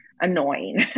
annoying